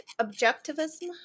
objectivism